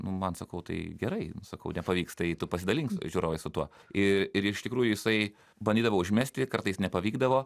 man sakau tai gerai sakau nepavyksta tai tu pasidalink žiūrovais su tuo ir ir iš tikrųjų jisai bandydavo užmesti kartais nepavykdavo